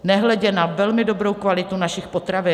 Nehledě na velmi dobrou kvalitu našich potravin.